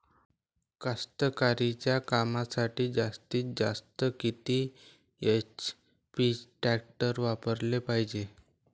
कास्तकारीच्या कामासाठी जास्तीत जास्त किती एच.पी टॅक्टर वापराले पायजे?